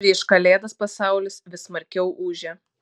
prieš kalėdas pasaulis vis smarkiau ūžia